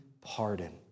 pardon